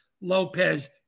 Lopez